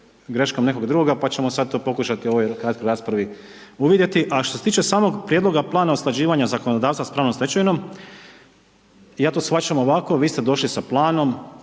greškom nekoga drugoga pa ćemo sad to pokušati u ovoj raspravi uvidjeti. A što se tiče samog Prijedloga plana usklađivanja zakonodavstva sa pravnom stečevinom, ja to shvaćam ovako, vi ste došli sa planom,